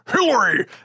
Hillary